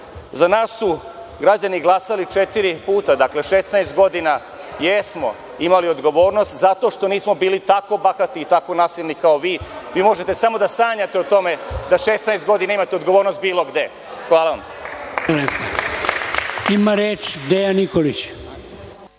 za nas su građani glasali četiri puta, dakle, 16 godina jesmo imali odgovornost zato što nismo bili tako bahati i tako nasilni kao vi. Vi možete samo da sanjate o tome da 16 godina imate odgovornost bilo gde. Hvala. **Dragoljub